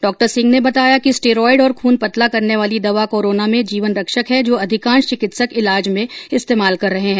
डॉ सिंह ने बताया कि स्टीरोइड और खून पतला करने वाली दवा कोरोना में जीवन रक्षक है जो अधिकांश चिकित्सक ईलाज में इस्तेमाल कर रहे हैं